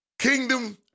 Kingdom